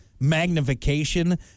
magnification